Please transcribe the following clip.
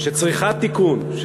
שצריכה תיקון,